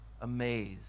amazed